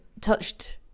touched